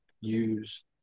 use